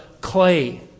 clay